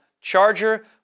charger